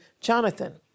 Jonathan